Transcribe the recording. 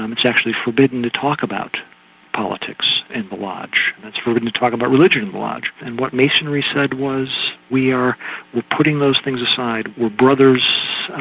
um it's actually forbidden to talk about politics in the lodge, and it's forbidden to talk about religion in the lodge. and what masonry said was we are putting those things aside, we're brothers,